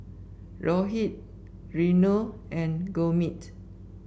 Rohit Renu and Gurmeet